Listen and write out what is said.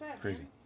Crazy